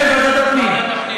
נעביר לוועדת הפנים.